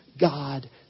God